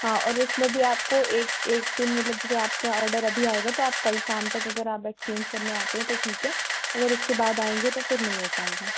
हाँ और उसमें भी आपको एक एक दिन मतलब जैसे आपका ऑर्डर अभी आएगा तो आप कल शाम तक अगर आप एक्सचेंज करने अगर आते हैं तो ठीक है अगर उसके बाद आएँगे तो फिर नहीं हो पाएगा